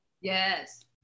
Yes